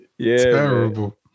terrible